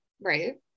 right